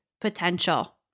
potential